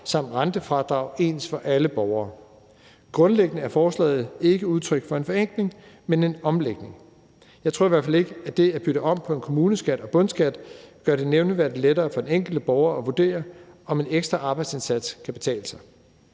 samt rentefradrag ens for alle borgere. Grundlæggende er forslaget ikke udtryk for en forenkling, men en omlægning. Jeg tror i hvert fald ikke, at det at bytte om på kommuneskat og bundskat gør det nævneværdig lettere for den enkelte borger at vurdere, om en ekstra arbejdsindsats kan betale sig.